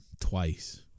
twice